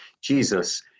Jesus